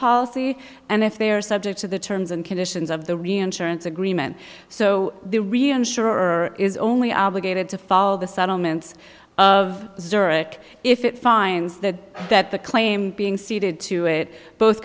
policy and if they are subject to the terms and conditions of the reinsurance agreement so the real insurer is only obligated to follow the settlement of zurich if it finds that that the claim being ceded to it both